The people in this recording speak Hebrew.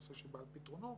נושא שבא על פתרונו,